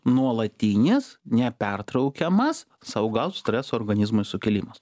nuolatinis nepertraukiamas saugaus streso organizmui sukėlimas